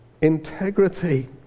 integrity